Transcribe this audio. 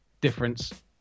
difference